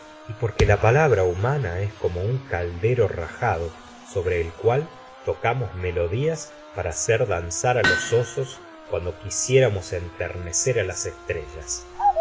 y porque la palabra humana es como un caldero rajado sobre el cual tocamos melodias para hacer danzar á los osos cuando quisiéramos enternecer á las estrellas